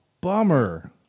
bummer